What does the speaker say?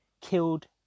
killed